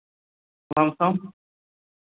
lum sum